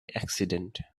accident